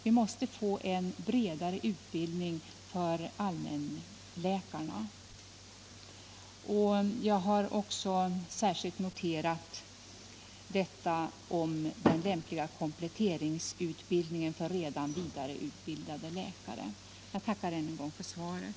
Vi måste få en bredare utbildning för allmänläkarna. Jag har också särskilt noterat statsrådets ord om lämplig kompletteringsutbildning för redan vidareutbildade läkare. Jag tackar än en gång för svaret.